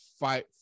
fight